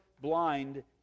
blind